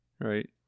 Right